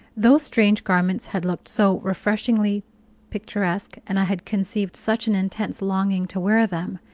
those strange garments had looked so refreshingly picturesque, and i had conceived such an intense longing to wear them!